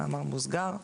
במאמר מוסגר,